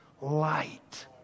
light